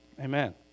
Amen